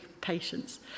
patience